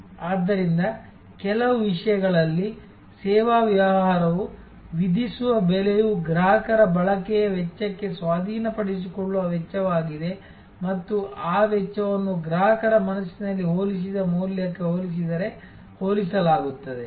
ಆದ್ದರಿಂದ ಕೆಲವು ವಿಷಯಗಳಲ್ಲಿ ಸೇವಾ ವ್ಯವಹಾರವು ವಿಧಿಸುವ ಬೆಲೆಯು ಗ್ರಾಹಕರ ಬಳಕೆಯ ವೆಚ್ಚಕ್ಕೆ ಸ್ವಾಧೀನಪಡಿಸಿಕೊಳ್ಳುವ ವೆಚ್ಚವಾಗಿದೆ ಮತ್ತು ಆ ವೆಚ್ಚವನ್ನು ಗ್ರಾಹಕರ ಮನಸ್ಸಿನಲ್ಲಿ ಹೋಲಿಸಿದ ಮೌಲ್ಯಕ್ಕೆ ಹೋಲಿಸಿದರೆ ಹೋಲಿಸಲಾಗುತ್ತದೆ